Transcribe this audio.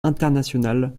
international